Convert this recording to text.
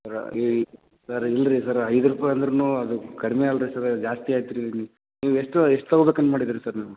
ಸರ ಇಲ್ಲ ಸರ್ ಇಲ್ಲರೀ ಸರ್ ಐದು ರೂಪಾಯಿ ಅಂದ್ರು ಅದು ಕಡ್ಮೆ ಅಲ್ಲರೀ ಸರ್ ಜಾಸ್ತಿ ಆಯ್ತು ರೀ ನೀವು ಎಷ್ಟು ಎಷ್ಟು ತೊಗೋಬೇಕಂತ ಮಾಡಿದ್ದೀರಿ ಸರ್ ನೀವು